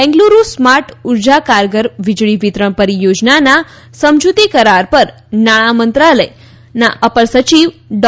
Bengaluru smart ઉર્જા કારગર વિજળી વિતરણ પરિયોજનાના સમજૂતી કરાર પર નાણા મંત્રાલયના અપર સચિવ ડો